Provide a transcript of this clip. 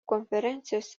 konferencijos